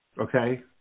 Okay